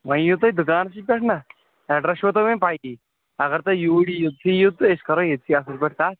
وۅنۍ یِیِو تُہۍ دُکانَسٕے پیٚٹھ نا ایٚڈرَس چھُو تۄہہِ پیِی اَگر تُہۍ یوٗرۍ یِیِو یوٚتھٕے یِیِو تہٕ أسۍ کَرو ییٚتھٕے اَصٕل پٲٹھۍ کَتھ